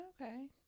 Okay